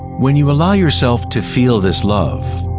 when you allow yourself to feel this love,